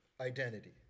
identity